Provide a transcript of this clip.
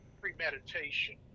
premeditation